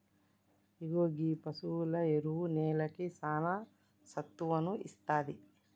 ఇగో గీ పసువుల ఎరువు నేలకి సానా సత్తువను ఇస్తాది